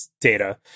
data